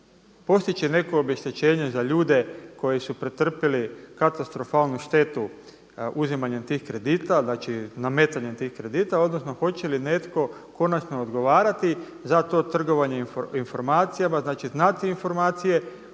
postići neko obeštećenje za ljude koji su pretrpili katastrofalnu štetu uzimanjem tih kredita, znači nametanjem tih kredita odnosno hoće li netko konačno odgovarati za to trgovanje informacijama, da će znati informacije